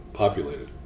populated